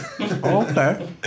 Okay